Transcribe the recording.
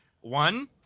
One